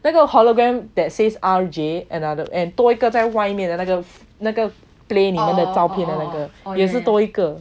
那个 hologram that says R_J and 多一个 another and 在外面的那个那个 play 你们的照片的那个也是多一个